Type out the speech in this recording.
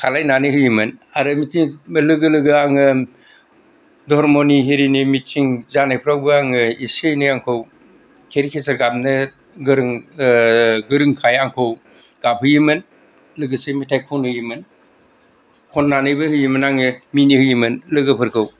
खालामनानै होयोमोन आरो बिदि लोगो लोगो आङो धर्मनि हेरिनि मिटिं जानायफ्रावबो आङो एसे एनै आंखौ केरिकेचार गाबनो गोरों गोरोंखाय आंखौ गाबहोयोमोन लोगोसे मेथाइ खनहोयोमोन खननानैबो होयोमोन आङो मिनि होयोमोन लोगोफोरखौ